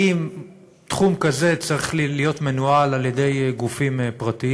האם תחום כזה צריך להיות מנוהל על-ידי גופים פרטיים?